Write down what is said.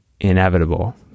inevitable